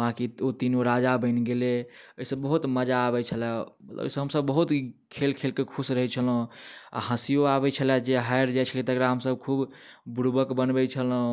बाँकी ओ तीनगो राजा बनि गेलै एहिसँ बहुत मजा अबै छलै ओहिसँ हमसब बहुत ही खेल खेलके खुश रहै छलहुँ आओर हँसिओ आबै छलै जे हारि जाइ छलै तकरा हमसब खूब बुड़बक बनबै छलहुँ